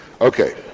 Okay